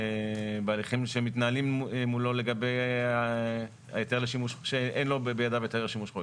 שמתנהלים מולו בגין זה שאין בידיו היתר לשימוש חורג.